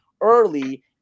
early